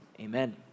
Amen